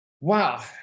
wow